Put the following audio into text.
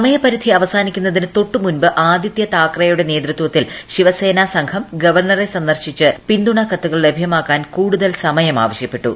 സമയപരിധി അവസാനിക്കുന്നതിന് തൊട്ടുമുമ്പ് ആദിത്യ താക്കറെയുടെ നേതൃത്വത്തിൽ ശിവസേന സംഘം ഗവർണറെ സന്ദർശിച്ച് പിന്തുണ കത്തുകൾ ലഭ്യമാക്കാൻ കൂടുതൽ സമയം ആവശ്യപ്പെട്ടു